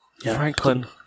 Franklin